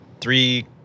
Three